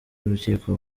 urukiko